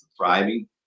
thriving